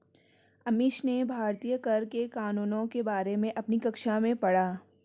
अमीश ने भारतीय कर के कानूनों के बारे में अपनी कक्षा में पढ़ा